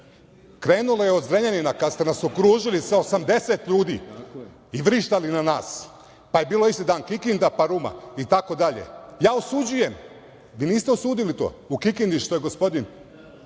Krenulo je od Zrenjanina kada ste nas okružili sa 80 ljudi i vrištali na nas, pa je bilo isti dan Kikinda, pa Ruma i tako dalje. Ja osuđujem, vi niste osudili to u Kikindi što je gospodin